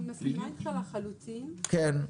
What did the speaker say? אני מסכימה איתך לחלוטין -- כן.